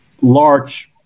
large